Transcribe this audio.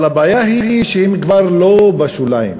אבל הבעיה היא שהם כבר לא בשוליים.